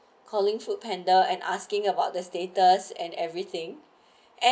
calling foodpanda and asking about the status and everything and